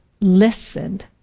listened